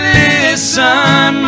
listen